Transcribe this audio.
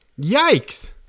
Yikes